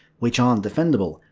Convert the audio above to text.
which aren't defendable,